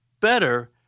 better